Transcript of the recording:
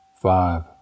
five